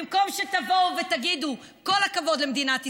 במקום שתבואו ותגידו: כל הכבוד למדינת ישראל.